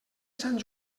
sant